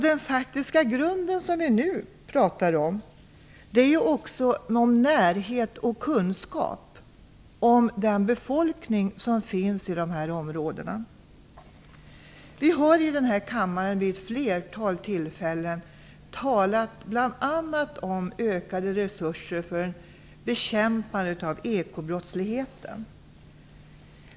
Den faktiska grunden för det som vi nu talar om är också närhet och kunskap om befolkningen i dessa områden. Vi har i denna kammare vid ett flertal tillfällen talat om ökade resurser för bekämpandet av ekobrottsligheten.